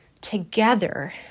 Together